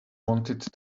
wanted